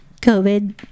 COVID